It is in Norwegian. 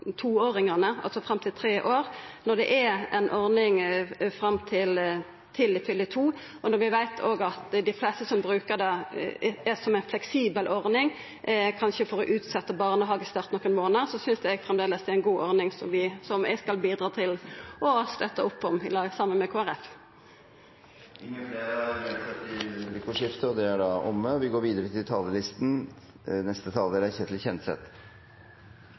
toåringane, altså fram til tre år. Når det er ei ordning fram til dei fyller to år, og når vi òg veit at dei fleste brukar ho som ei fleksibel ordning for kanskje å utsetja barnehagestarten nokre månader, synest eg det framleis er ei god ordning, som eg skal bidra til å støtta opp om saman med Kristeleg Folkeparti. Replikkordskiftet er omme. Liberalismens mål er enkeltmenneskets frihet. For Venstre betyr det at vi vil utvide den enkeltes mulighet til å ha makten i eget liv, uavhengig av kjønn, livssituasjon og bakgrunn. Vi